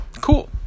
Cool